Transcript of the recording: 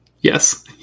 Yes